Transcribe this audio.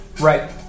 Right